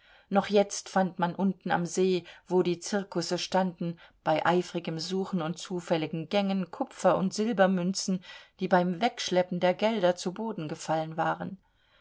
noch jetzt fand man unten am see wo die zirkusse standen bei eifrigem suchen und zufälligen gängen kupfer und silbermünzen die beim wegschleppen der gelder zu boden gefallen waren